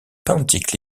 pontic